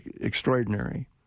extraordinary